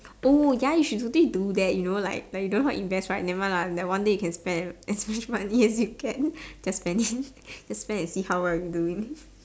oh ya you should really do that you know like like you don't know how to invest right never mind lah that one day you can spend as much money as you can just spend it just spend and see how well you doing